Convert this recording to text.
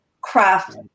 craft